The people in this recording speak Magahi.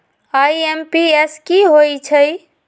आई.एम.पी.एस की होईछइ?